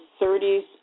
30s